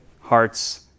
hearts